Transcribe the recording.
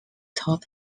top